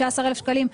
15,000 שקלים,